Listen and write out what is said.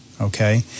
Okay